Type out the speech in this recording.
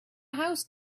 house